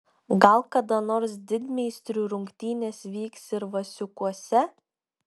gal kada nors didmeistrių rungtynės vyks ir vasiukuose